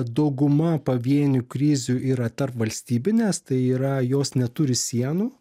dauguma pavienių krizių yra tarpvalstybinės tai yra jos neturi sienų